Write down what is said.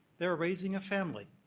they were raising a family.